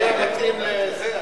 זה היה מתאים לזה,